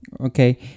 Okay